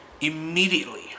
immediately